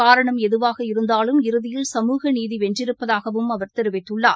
காரணம் எதுவாக இருந்தாலும் இறுதியில் சமூக நீதிவென்றிருப்பதாகவும் அவர் தெரிவித்துள்ளார்